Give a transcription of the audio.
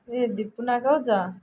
କିଏ ଦୀପୁନା କହୁଛ